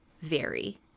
vary